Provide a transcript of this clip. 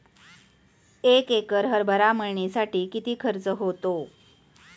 एक एकर हरभरा मळणीसाठी किती खर्च होतो?